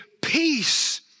peace